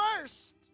first